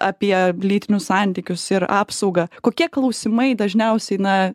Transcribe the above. apie lytinius santykius ir apsaugą kokie klausimai dažniausiai na